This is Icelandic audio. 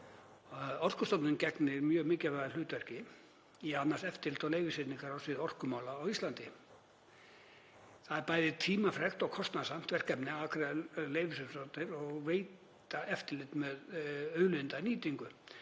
Orkustofnun gegnir mjög mikilvægu hlutverki í að annast eftirlit og leyfisveitingar á sviði orkumála á Íslandi. Það er bæði tímafrekt og kostnaðarsamt verkefni að afgreiða leyfisumsóknir og veita eftirlit með auðlindanýtingu.